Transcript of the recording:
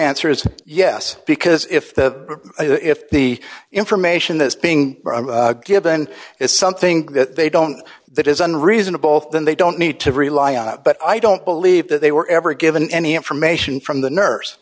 answer is yes because if the if the information that's being given is something that they don't that isn't reasonable then they don't need to rely on it but i don't believe that they were ever given any information from the nurse